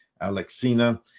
Alexina